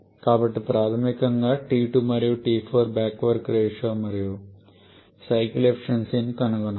కాబట్టి ప్రాథమికంగా మనం T2 మరియు T4 బ్యాక్ వర్క్ రేషియో మరియు సైకిల్ ఎఫిషియెన్సీ కనుగొనాలి